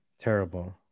terrible